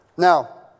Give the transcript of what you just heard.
Now